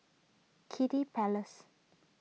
Kiddy Palace